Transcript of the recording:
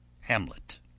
hamlet